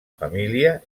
família